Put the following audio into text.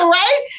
right